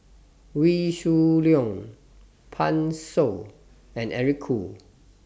Wee Shoo Leong Pan Shou and Eric Khoo